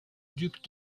duc